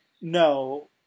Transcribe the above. no